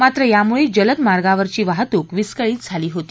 मात्र यामूळे जलद मार्गावरची वाहतूक विस्कळीत झाली होती